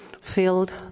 filled